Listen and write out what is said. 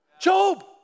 Job